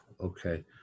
okay